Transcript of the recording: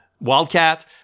wildcat